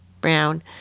Brown